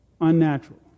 unnatural